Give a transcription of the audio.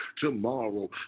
tomorrow